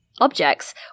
objects